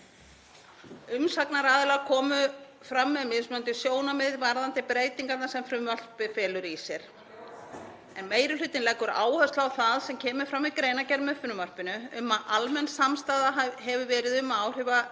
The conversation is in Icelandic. Umsagnaraðilar komu fram með mismunandi sjónarmið varðandi þær breytingarnar sem frumvarpið felur í sér en meiri hlutinn leggur áherslu á það sem fram kemur í greinargerð með frumvarpinu um að almenn samstaða hefur verið um að